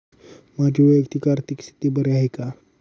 माझी वैयक्तिक आर्थिक स्थिती बरी आहे का?